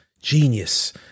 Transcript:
genius